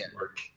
work